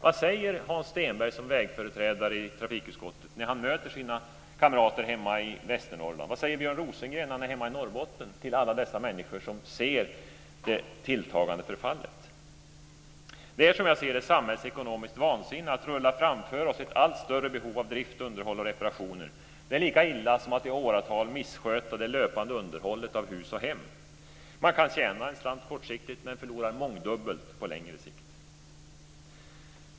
Vad säger Hans Stenberg som vägföreträdare i trafikutskottet när han möter sina kamrater hemma i Västernorrland? Vad säger Björn Rosengren när han är hemma i Norrbotten till alla de människor som ser det tilltagande förfallet? Som jag ser det är det samhällsekonomiskt vansinne att rulla framför oss ett allt större behov av drift, underhåll och reparationer. Det är lika illa som att i åratal missköta det löpande underhållet av hus och hem. Man kan tjäna en slant kortsiktigt men förlorar mångdubbelt på längre sikt.